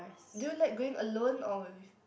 do you like going alone or with